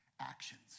actions